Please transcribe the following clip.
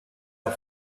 are